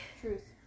Truth